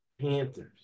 Panthers